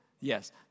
Yes